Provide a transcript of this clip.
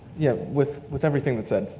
yeah, with with everything that's said,